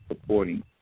supporting